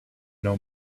know